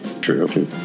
True